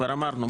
כבר אמרנו,